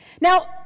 Now